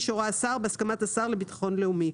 שהורה השר בהסכמת השר לביטחון לאומי".